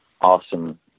awesome